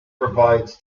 provides